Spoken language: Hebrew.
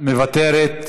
ברקו, מוותרת,